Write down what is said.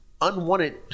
Unwanted